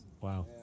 Wow